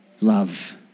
love